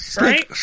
Right